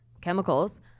chemicals